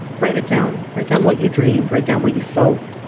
write it down. write down what you dreamed. write down what you felt.